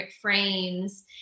frames